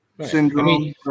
syndrome